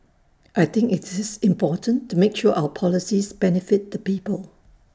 I think it's important to make sure our policies benefit the people